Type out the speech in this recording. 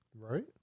Right